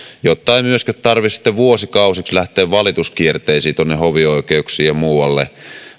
jotta ei myöskään tarvitse sitten vuosikausiksi lähteä valituskierteisiin tuonne hovioikeuksiin ja muualle vaan